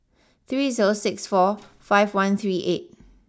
three zero six four five one three eight